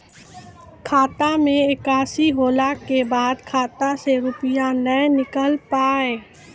खाता मे एकशी होला के बाद खाता से रुपिया ने निकल पाए?